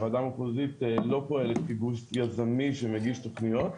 הוועדה המחוזית לא פועלת כגוף יזמי שמגיש תוכניות,